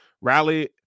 rally